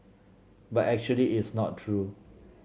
but actually it's not true